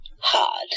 hard